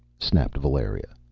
snapped valeria.